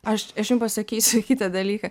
aš aš jum pasakysiu kitą dalyką